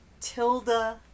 tilda